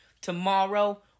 Tomorrow